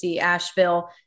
Asheville